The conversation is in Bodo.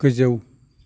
गोजौ